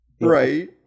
right